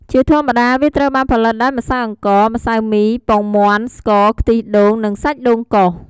ជាធម្មតាវាត្រូវបានផលិតដោយម្សៅអង្ករ ម្សៅមី ពងមាន់ ស្ករ ខ្ទិះដូង និងសាច់ដូងកោស។